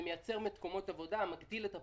זה מייצר מקומות עבודה, מגדיל את הפריון,